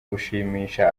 gushimisha